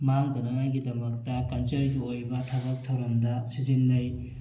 ꯃꯥꯡꯗꯅꯉꯥꯏꯒꯤꯗꯃꯛꯇ ꯀꯜꯆꯔꯒꯤ ꯑꯣꯏꯕ ꯊꯕꯛ ꯊꯧꯔꯝꯗ ꯁꯤꯖꯤꯟꯅꯩ